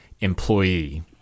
employee